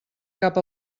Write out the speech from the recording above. cap